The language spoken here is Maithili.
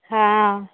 हँ